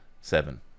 Seven